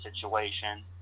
situation